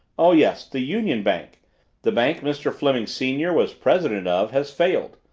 oh, yes the union bank the bank mr. fleming, senior, was president of has failed.